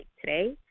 today